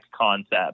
concept